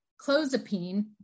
clozapine